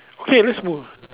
okay let's move